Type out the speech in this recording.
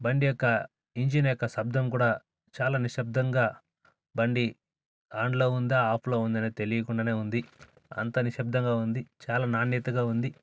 బండి యొక్క ఇంజిన్ యొక్క శబ్దం కూడా చాలా నిశబ్ధంగా బండి ఆన్లో ఉందా ఆఫ్లో ఉందనే తెలియకుండానే ఉంది అంతా నిశబ్ధంగా ఉంది చాలా నాణ్యతగా ఉంది